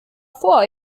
vor